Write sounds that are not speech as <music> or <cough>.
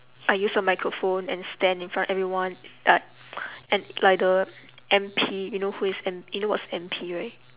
I used a microphone and stand in front of everyone like <noise> and like the M_P you know who is you know what is M_P right